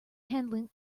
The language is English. handling